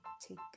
take